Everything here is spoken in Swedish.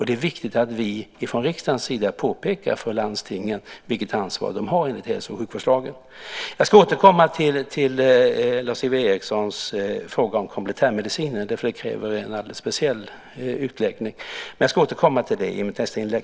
Det är viktigt att vi från riksdagens sida påpekar för landstingen vilket ansvar de har enligt hälso och sjukvårdslagen. Jag ska återkomma till Lars-Ivar Ericsons fråga om komplementärmedicinen därför att den kräver en alldeles speciell utläggning. Jag återkommer till den i mitt nästa inlägg.